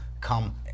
come